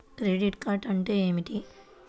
Credit అంటే ఏమిటి?